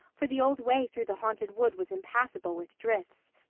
for the old way through the haunted wood was impassable with drifts,